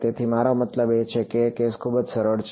તેથી મારો મતલબ છે કે કેસ ખૂબ જ સરળ છે